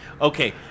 Okay